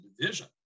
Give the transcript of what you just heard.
division